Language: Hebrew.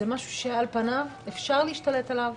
זה משהו שעל פניו אפשר להשתלט עליו,